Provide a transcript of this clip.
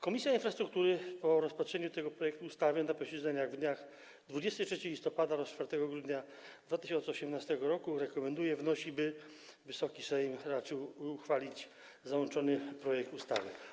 Komisja Infrastruktury po rozpatrzeniu tego projektu ustawy na posiedzeniach w dniach 23 listopada oraz 4 grudnia 2018 r. rekomenduje, wnosi, by Wysoki Sejm raczył uchwalić załączony projekt ustawy.